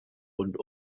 rund